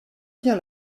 bien